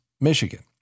Michigan